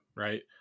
Right